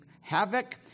havoc